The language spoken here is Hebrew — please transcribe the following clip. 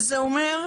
וזה אומר,